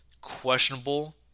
questionable